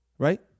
right